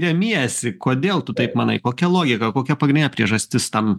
remiesi kodėl tu taip manai kokia logika kokia pagrindinė priežastis tam